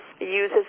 uses